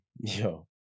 Yo